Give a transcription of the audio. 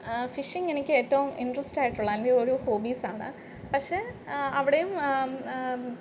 phishing എനിക്ക് ഏറ്റവും ഇൻട്രസ്റ്റായിട്ടുള്ള എൻ്റെ ഒരു ഹോബീസാണ് പക്ഷെ അവിടെയും